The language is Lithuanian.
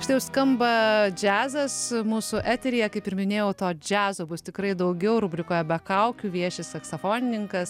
štai jau skamba džiazas mūsų eteryje kaip ir minėjau to džiazo bus tikrai daugiau rubrikoje be kaukių vieši saksofonininkas